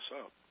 up